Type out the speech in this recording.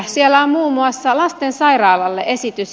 siellä on muun muassa lastensairaalalle esitys